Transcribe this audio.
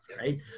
right